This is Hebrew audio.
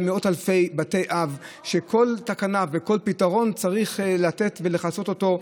מאות אלפי בתי אב שכל תקנה וכל פתרון צריך לתת ולכסות אותו.